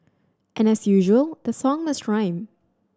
and as usual the song must rhyme